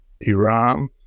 Iran